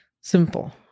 simple